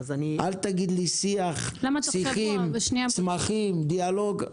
אל תגיד לי: שיח, שיחים, צמחים, דיאלוג.